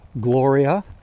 Gloria